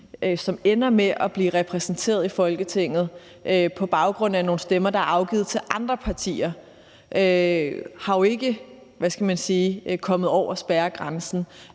som ender med at blive repræsenteret i Folketinget på baggrund af nogle stemmer, der er afgivet til andre partier, er jo ikke – hvad skal man